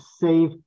save